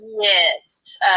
yes